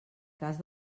cas